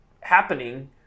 happening